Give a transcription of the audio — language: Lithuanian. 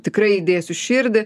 tikrai įdėsiu širdį